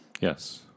Yes